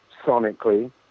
sonically